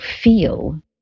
feel